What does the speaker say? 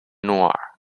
noire